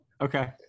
okay